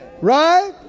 right